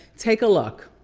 take a look.